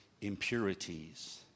impurities